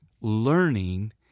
Learning